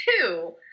two